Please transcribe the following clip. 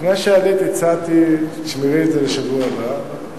לפני שעלית הצעתי: תשמרי את זה לשבוע הבא.